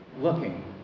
looking